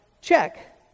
check